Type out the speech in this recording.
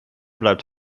bleibt